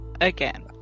Again